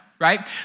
Right